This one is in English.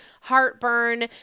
heartburn